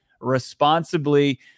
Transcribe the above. responsibly